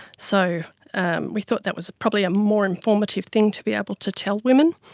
so and we thought that was probably a more informative thing to be able to tell women.